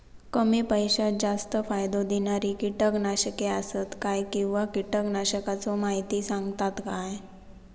कमी पैशात जास्त फायदो दिणारी किटकनाशके आसत काय किंवा कीटकनाशकाचो माहिती सांगतात काय?